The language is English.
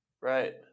Right